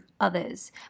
others